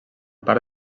part